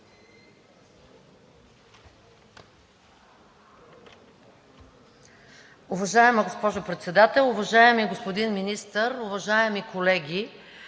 Уважаема госпожо Председател, уважаеми господин Министър, уважаеми колеги!